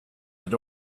had